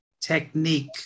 technique